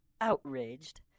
outraged